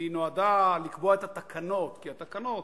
והיא נועדה לקבוע את התקנות, כי התקנות